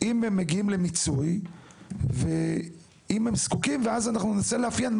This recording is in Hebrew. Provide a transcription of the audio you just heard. אם הם מגיעים למיצוי ואם הם זקוקים ואז אנחנו ננסה לאפיין,